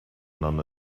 known